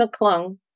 McClung